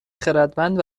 خردمند